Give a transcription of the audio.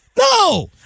No